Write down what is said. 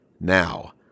Now